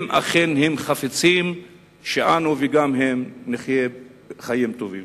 אם אכן הם חפצים שאנו וגם הם נחיה חיים טובים.